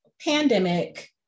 pandemic